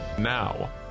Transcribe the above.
Now